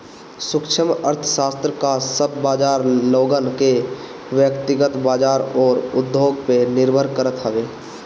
सूक्ष्म अर्थशास्त्र कअ सब बाजार लोगन के व्यकतिगत बाजार अउरी उद्योग पअ निर्भर करत हवे